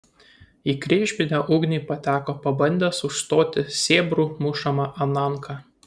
į kryžminę ugnį pateko pabandęs užstoti sėbrų mušamą ananką